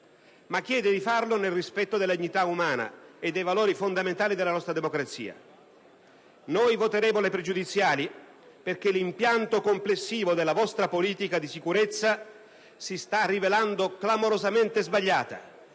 ma chiede di agire nel rispetto della dignità umana e dei valori fondamentali della nostra democrazia. Noi voteremo a favore delle questioni pregiudiziali perché l'impianto complessivo della vostra politica di sicurezza si sta rivelando clamorosamente sbagliato